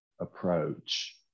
approach